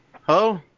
Hello